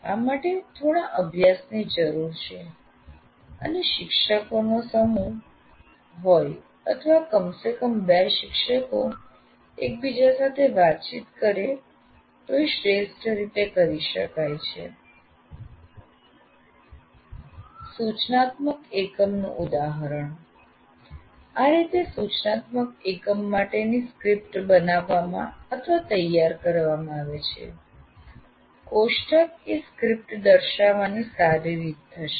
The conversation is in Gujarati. આ માટે થોડા અભ્યાસની જરૂર છે અને શિક્ષકોનો સમૂહ હોય અથવા કમ સે કમ ૨ શિક્ષકો એકબીજા સાથે વાતચીત કરે તો આ શ્રેષ્ઠ રીતે કરી શકાય છે સૂચનાત્મક એકમનું ઉદાહરણ આ રીતે સૂચનાત્મક એકમ માટેની સ્ક્રિપ્ટ બનાવવામાં તૈયાર કરવામાં આવે છે કોષ્ટક એ સ્ક્રિપ્ટ દર્શાવવાની સારી રીત થશે